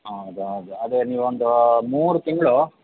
ಹಾಂ ಹೌದು ಹೌದು ಅದೇ ನೀವೊಂದು ಮೂರು ತಿಂಗಳು